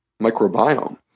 microbiome